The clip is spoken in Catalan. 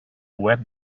web